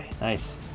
Nice